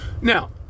Now